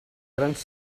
grans